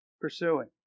pursuing